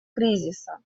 кризиса